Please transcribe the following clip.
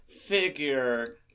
figure